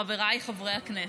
חבריי חברי הכנסת,